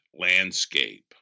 landscape